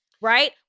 Right